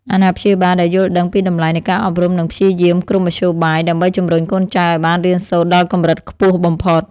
អាណាព្យាបាលដែលយល់ដឹងពីតម្លៃនៃការអប់រំនឹងព្យាយាមគ្រប់មធ្យោបាយ ដើម្បីជំរុញកូនចៅឱ្យបានរៀនសូត្រដល់កម្រិតខ្ពស់បំផុត។